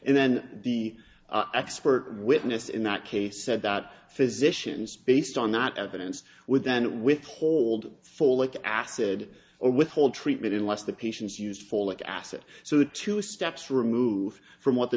and then the expert witness in that case said that physicians based on that evidence would then withhold folic acid or withhold treatment unless the patients used folic acid so the two steps removed from what the